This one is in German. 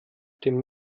dem